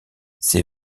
c’est